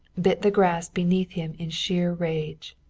bit the grass beneath him in sheer rage.